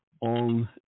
on